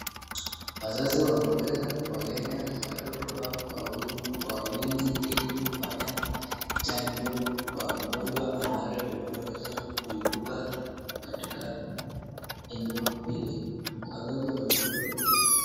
Wazazi wameweza kuwaleta watoto wao kwa wingi ili kupata chanjo kwa gonjwa ambalo limeweza kuibuka katika eneo hili wazazi wamekuja.